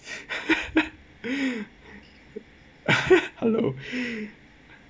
hello